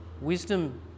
Wisdom